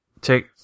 Take